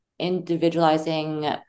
Individualizing